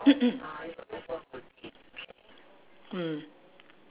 mm